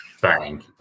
Bang